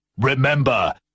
Remember